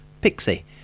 pixie